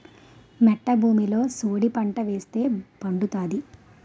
మెట్ట భూమిలో సోడిపంట ఏస్తే పండుతాది